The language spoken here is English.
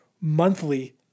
monthly